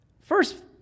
First